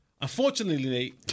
unfortunately